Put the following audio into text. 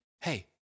Hey